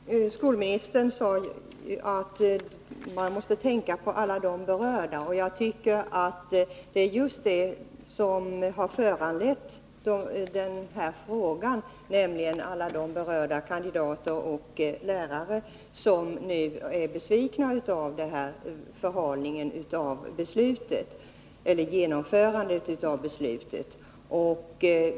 Herr talman! Skolministern sade att man måste tänka på alla de berörda. Det är just dessa som föranleder den här frågan — alla de berörda kandidater och lärare som nu är besvikna på grund av förhalningen av genomförandet av beslutet.